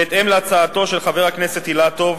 בהתאם להצעתו של חבר הכנסת אילטוב,